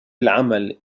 العمل